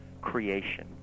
creation